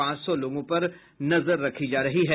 पांच सौ लोगों पर नजर रखी जा रही है